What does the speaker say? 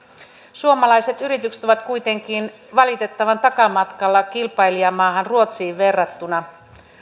suomalaiset yritykset ovat kuitenkin valitettavan takamatkalla kilpailijamaahan ruotsiin verrattuna